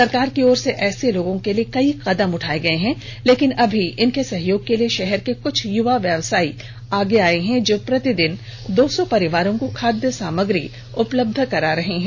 सरकार की ओर से ऐसे लोगों के लिए कई कदम उठाए गए हैं लेकिन अभी इनके सहयोग के लिए शहर के कुछ युवा व्यवसायी आगे आए हैं जो प्रतिदिन दो सौ परिवारों को खाद्य सामग्री उपलब्ध करा रहे हैं